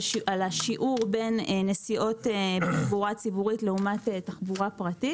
על השיעור בין נסיעות בתחבורה הציבורית לעומת תחבורה פרטית?